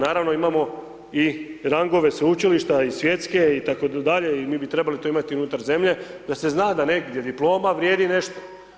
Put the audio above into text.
Naravno imamo i rangove sveučilišta i svjetske itd., i mi bi trebali to imati unutar zemlje da se zna da negdje diploma vrijedi nešto.